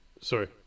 Sorry